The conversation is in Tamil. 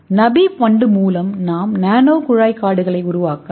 நமீப் வண்டு முதல் நாம் நானோ குழாய் காடுகளை உருவாக்கலாம்